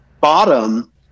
bottom